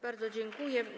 Bardzo dziękuję.